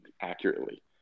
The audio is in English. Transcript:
accurately